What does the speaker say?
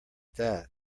that